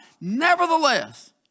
Nevertheless